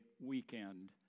weekend